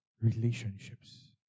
Relationships